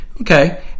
okay